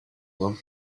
them